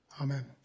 Amen